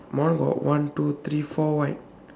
my one got one two three four white